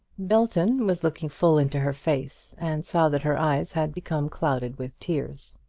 belton was looking full into her face, and saw that her eyes had become clouded with tears.